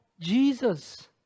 jesus